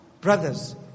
brothers